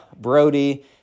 Brody